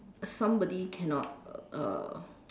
somebody cannot uh